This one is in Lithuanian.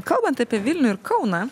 kalbant apie vilnių ir kauną